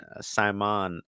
Simon